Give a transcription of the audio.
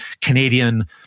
Canadian